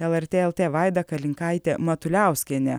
lrt lt vaida kalinkaitė matuliauskienė